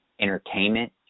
entertainment